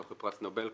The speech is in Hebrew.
זוכה פרס נובל,